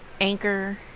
Anchor